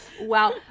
Wow